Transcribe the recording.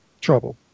trouble